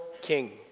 king